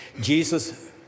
Jesus